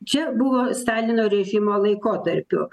čia buvo stalino režimo laikotarpiu